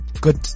Good